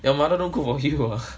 your mother don't cook for you ah